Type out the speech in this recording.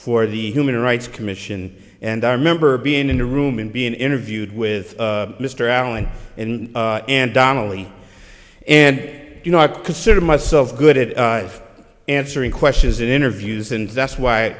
for the human rights commission and i remember being in the room and being interviewed with mr allen and donnelly and you know i consider myself good at answering questions in interviews and that's why